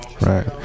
Right